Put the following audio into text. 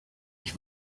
ich